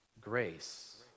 grace